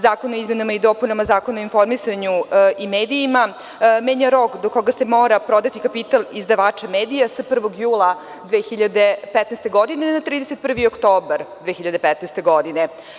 Zakon o izmenama i dopunama Zakona o informisanju i medijima menja rok do koga se mora prodati kapital izdavača i medija sa 1. jula 2015. godine na 31. oktobar 2015. godine.